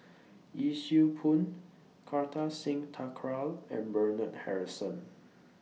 Yee Siew Pun Kartar Singh Thakral and Bernard Harrison